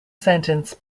sentence